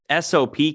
SOP